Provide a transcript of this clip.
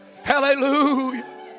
Hallelujah